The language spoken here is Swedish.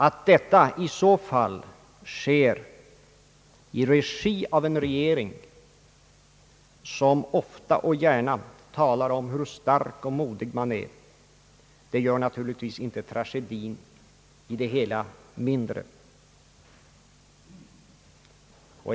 Att det i så fall sker i regi av en regering, som ofta och gärna talar om hur stark och modig den är, gör naturligtvis inte tragedin i det hela mindre.